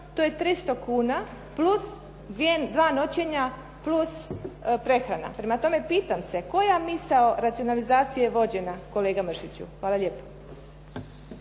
to je 300 kn plus 2 noćenja plus prehrana. Prema tome, pitam se koja misao racionalizacije je vođena kolega Mršiću? Hvala lijepo.